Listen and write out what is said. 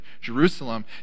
Jerusalem